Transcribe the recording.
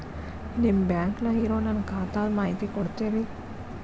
ನಿಮ್ಮ ಬ್ಯಾಂಕನ್ಯಾಗ ಇರೊ ನನ್ನ ಖಾತಾದ ಮಾಹಿತಿ ಕೊಡ್ತೇರಿ?